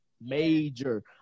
Major